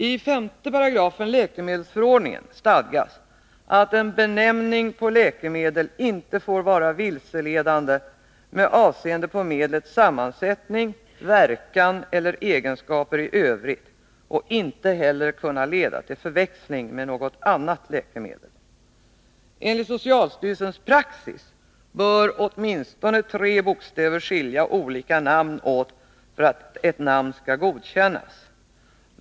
I 58 läkemedelsförordningen stadgas att en benämning på läkemedel inte får vara vilseledande med avseende på medlets sammansättning, verkan eller egenskaper i övrigt och inte heller får kunna leda till förväxling med något annat läkemedel. Enligt socialstyrelsens praxis bör åtminstone tre bokstäver skilja olika namn åt för att ett namn skall godkännas.